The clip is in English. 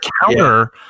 counter